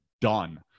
done